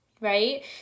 Right